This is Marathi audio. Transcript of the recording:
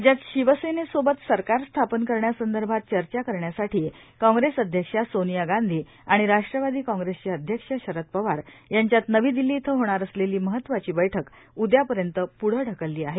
राज्यात शिवसेनेसोबत सरकार स्थापन करण्यासंदर्भात चर्चा करण्यासाठी काँप्रेस अध्यक्षा सोनिया गांधी आणि रा ट्रवादी काँप्रेसचे अध्यक्ष रद पवार यांच्यात नवी दिल्ली इथं होणार असलेली महत्वाची बैठक उद्यापर्यंत पुढं ढकलली आहे